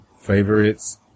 Favorites